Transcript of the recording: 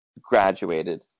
graduated